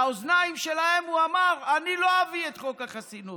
לאוזניים שלהם הוא אמר: אני לא אביא את חוק החסינות.